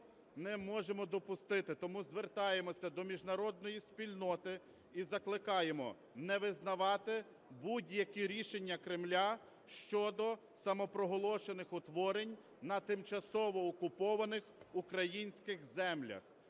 не можемо допустити. Тому звертаємося до міжнародної спільноти і закликаємо не визначати будь-які рішення Кремля щодо самопроголошених утворень на тимчасово окупованих українських землях.